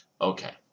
okay